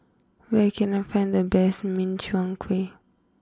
where can I find the best Min Chiang Kueh